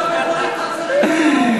כל כך הרבה דברים חסרים.